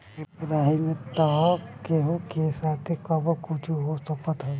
राही में तअ केहू के साथे कबो कुछु हो सकत हवे